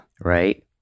Right